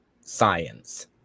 science